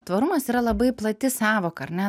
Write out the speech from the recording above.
tvarumas yra labai plati sąvoka ar ne